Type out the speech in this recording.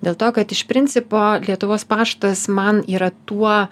dėl to kad iš principo lietuvos paštas man yra tuo